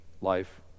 life